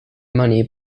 money